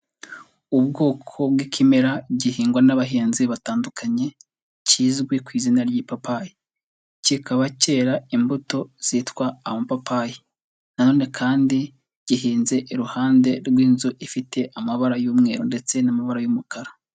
Ubwoko bw'ikimera gihingwa n'abahinzi batandukanye kizwi ku izina ry'ipapayi. Kikaba cyera imbuto zitwa amapapayi. Nanone kandi gihinze iruhande rw'inzu ifite amabara y'umweru, ndetse n'amabara y'umukara.